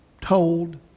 told